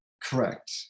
Correct